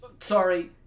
Sorry